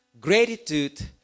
Gratitude